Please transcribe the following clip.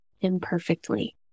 imperfectly